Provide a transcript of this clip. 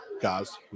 Guys